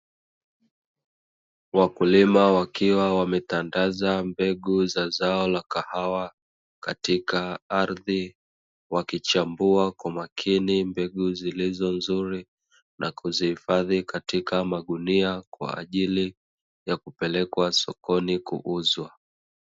Wakulima wakiwa wametandaza mbegu za zao la kahawa katika ardhi, wakichambua kwa makini mbegu zilizo nzuri na kuzihifadhi katika magunia kwa ajili ya kupelekwa sokoni kuuzwa.